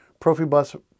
Profibus